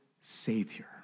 Savior